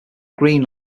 green